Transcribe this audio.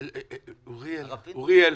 אוריאל,